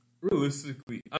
realistically